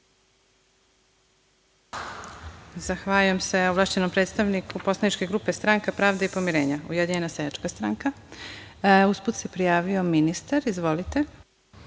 Zahvaljujem se ovlašćenom predstavniku poslaničke grupe Stranka pravde i pomirenja - Ujedinjena seljačka stranka. Prijavio se ministar. Izvolite.